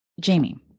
Jamie